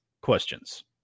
questions